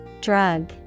Drug